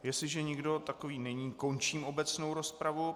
Jestliže nikdo takový není, končím obecnou rozpravu.